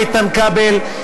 איתן כבל,